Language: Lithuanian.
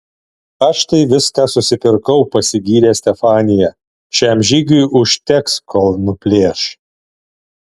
aš tai viską susipirkau pasigyrė stefanija šiam žygiui užteks kol nuplėš